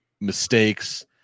mistakes